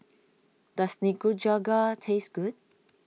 does Nikujaga taste good